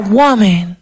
woman